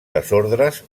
desordres